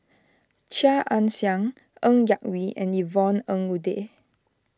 Chia Ann Siang Ng Yak Whee and Yvonne Ng Uhde